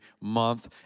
month